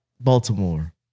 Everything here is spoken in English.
Baltimore